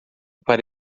para